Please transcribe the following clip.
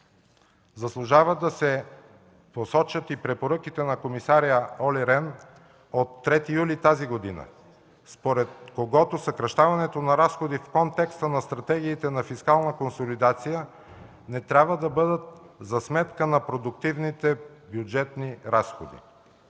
Заслужават да се посочат и препоръките на комисаря Оли Рен от 3 юли тази година, според когото съкращаването на разходите в контекста на стратегиите на фискална консолидация не трябва да бъде за сметка на продуктивните бюджетни разходи.